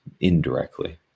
indirectly